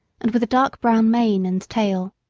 and with a dark-brown mane and tail.